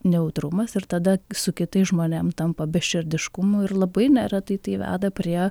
nejautrumas ir tada su kitais žmonėm tampa beširdiškumu ir labai neretai tai veda prie